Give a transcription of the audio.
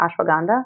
ashwagandha